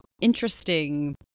interesting